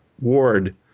ward